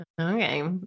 Okay